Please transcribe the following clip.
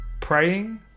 praying